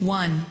one